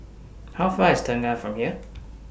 How Far IS Tengah from here